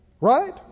Right